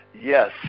yes